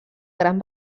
gran